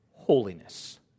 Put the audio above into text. Holiness